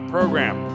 Program